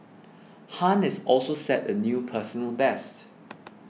Han is also set a new personal best